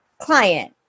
client